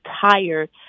tired